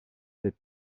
les